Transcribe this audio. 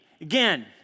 Again